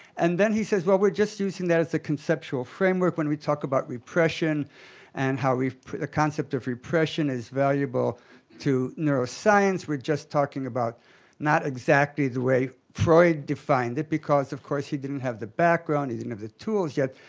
and then he says what we're just using that as a conceptual framework when we talk about repression and how the concept of repression is valuable to neuroscience, we're just talking about not exactly the way freud defined it, because of course he didn't have the background, he didn't have the tools yet.